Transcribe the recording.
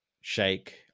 shake